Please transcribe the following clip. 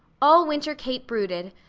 all winter kate brooded,